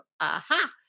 aha